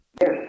Yes